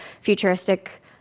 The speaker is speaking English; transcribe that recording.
futuristic